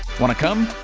wanna come?